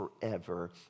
forever